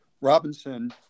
Robinson